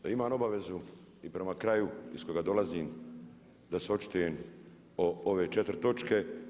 Da imam obavezu i prema kraju iz kojega dolazim da se očitujem o ove četiri točke.